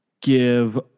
give